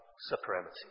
supremacy